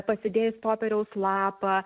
pasidėjus popieriaus lapą